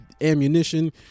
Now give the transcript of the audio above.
ammunition